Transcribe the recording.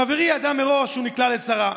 חברי ידע מראש שהוא נקלע לצרה.